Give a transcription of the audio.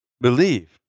believe